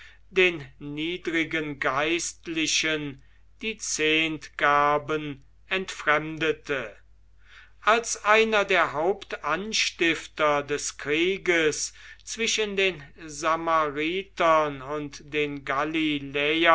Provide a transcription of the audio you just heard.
den niedrigen geistlichen die zehntgarben entfremdete als einer der hauptanstifter des krieges zwischen den samaritern und den